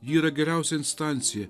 ji yra geriausia instancija